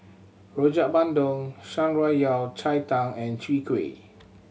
Rojak Bandung Shan Rui Yao Cai Tang and Chwee Kueh